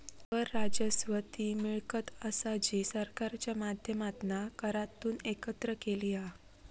कर राजस्व ती मिळकत असा जी सरकारच्या माध्यमातना करांतून एकत्र केलेली हा